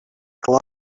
clar